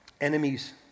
enemies